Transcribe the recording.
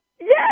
Yes